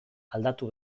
aldatu